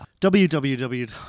www